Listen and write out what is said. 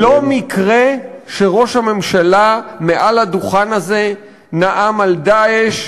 לא מקרה הוא שראש הממשלה מעל הדוכן הזה נאם על "דאעש"